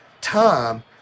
time